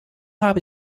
habe